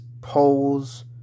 polls